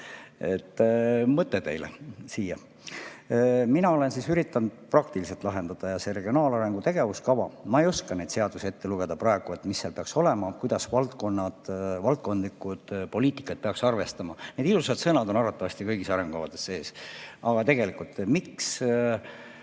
et mõte teile siia. Mina olen üritanud praktiliselt asju lahendada. Ja see regionaalarengu tegevuskava, ma ei oska neid seadusi ette lugeda praegu, et mis seal peaks olema ja kuidas valdkondlik poliitika peaks seda arvestama. Need ilusad sõnad on arvatavasti kõigis arengukavades sees. Aga tegelikult, miks